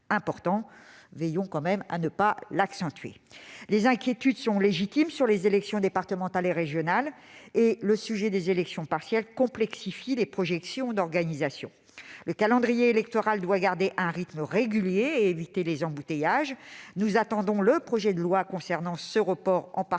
Veillons à ne pas l'accentuer. Les inquiétudes relatives aux élections départementales et régionales sont légitimes. Le sujet des élections partielles complexifie les projections d'organisation, car le calendrier électoral doit garder un rythme régulier et éviter les embouteillages. Nous attendons le projet de loi concernant ce report en particulier,